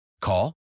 call